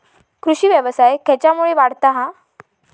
कृषीव्यवसाय खेच्यामुळे वाढता हा?